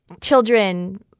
children